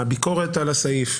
הביקורת על הסעיף,